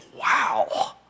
wow